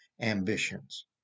ambitions